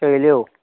शैल्यो